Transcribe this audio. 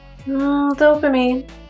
dopamine